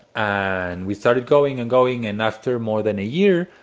and we started going and going. and after more than a year,